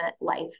Life